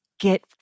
get